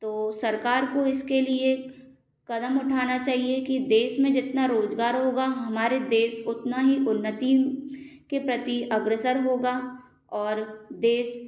तो सरकार को इसके लिए कदम उठाना चाहिए कि देश में जितना रोजगार होगा हमारे देश उतना ही उन्नति के प्रति अग्रसर होगा और देश